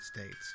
States